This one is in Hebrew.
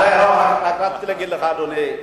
הרי רציתי להגיד לך, אדוני.